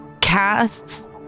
casts